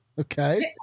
Okay